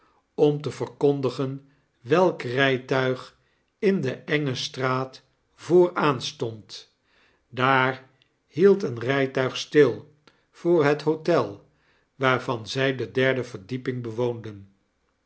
om te verkondigen welk rijtuig in de enge straat vooraan stond daar hield een rijtuig stil voor het hotel waarvan zij de derde verdieping bewoonden